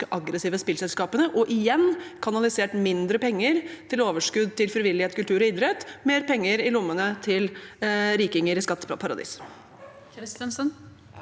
kanalisert mindre penger til overskudd til frivillighet, kultur og idrett – og mer penger i lommene til rikinger i skatteparadis.